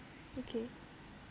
okay